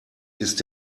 ist